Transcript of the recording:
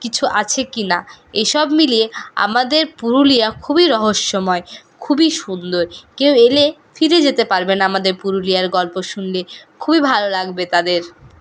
কিছু আছে কি না এসব মিলিয়ে আমাদের পুরুলিয়া খুবই রহস্যময় খুবই সুন্দর কেউ এলে ফিরে যেতে পারবে না আমাদের পুরুলিয়ার গল্প শুনলে খুবই ভালো লাগবে তাদের